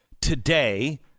Today